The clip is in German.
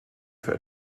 für